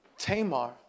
Tamar